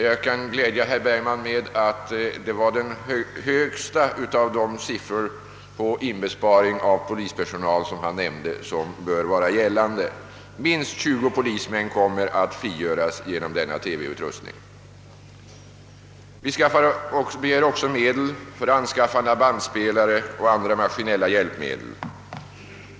Jag kan glädja herr Bergman med att det är den högsta av de av herr Bergman nämnda siffrorna för inbesparing av polispersonal som bör vara gällande. Minst 20 polismän komer att frigöras genom denna TV utrustning. Vi begär även medel för anskaffande av bandspelare och andra maskinella hjälpmedel.